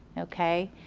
okay,